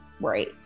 Right